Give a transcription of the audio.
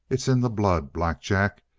it's in the blood, black jack.